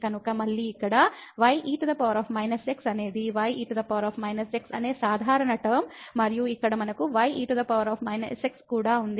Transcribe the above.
కాబట్టి మళ్ళీ ఇక్కడ ye x అనేది ye x అనే సాధారణ టర్మ మరియు ఇక్కడ మనకు ye x కూడా ఉంది